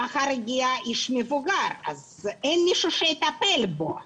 ומחר יגיע איש מבוגר שאין מישהו שיטפל בו.